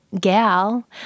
gal